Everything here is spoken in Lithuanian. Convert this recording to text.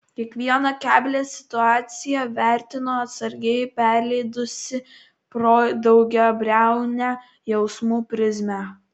kiekvieną keblią situaciją vertino atsargiai perleidusi pro daugiabriaunę jausmų prizmę